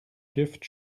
gift